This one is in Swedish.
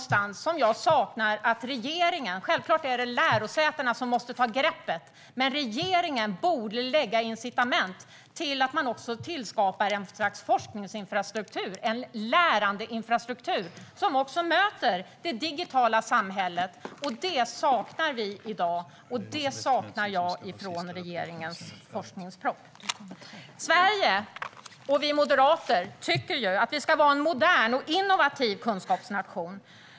Självklart är det lärosätena som måste ta greppet, men regeringen borde ge incitament till att tillskapa ett slags forskningsinfrastruktur, en lärandeinfrastruktur som möter det digitala samhället. Det saknar vi i dag, och det saknar jag i regeringens forskningsproposition. Sverige och vi moderater tycker att vi ska vara en modern och innovativ kunskapsnation.